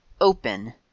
open